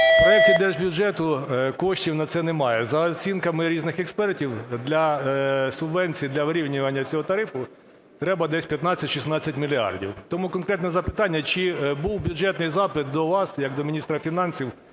В проекті держбюджету коштів на це немає. За оцінками різних експертів, для субвенцій для вирівнювання цього тариф, треба десь 15-16 мільярдів. Тому конкретне запитання. Чи був бюджетний запит до вас як до міністра фінансів